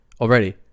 already